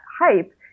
hype